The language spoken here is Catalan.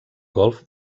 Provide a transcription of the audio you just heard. golf